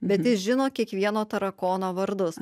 bet jis žino kiekvieno tarakono vardus